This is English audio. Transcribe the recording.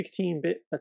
16-Bit